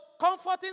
comforting